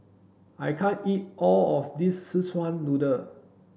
I can't eat all of this Szechuan noodle